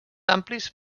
amplis